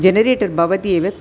generator भवति एव